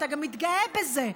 אתה מתגאה בזה,